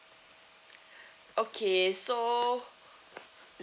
okay so